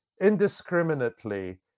indiscriminately